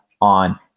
on